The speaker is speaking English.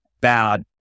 bad